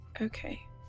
Okay